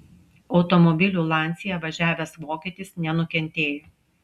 automobiliu lancia važiavęs vokietis nenukentėjo